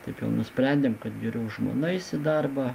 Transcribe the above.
taip jau nusprendėm kad geriau žmona eis į darbą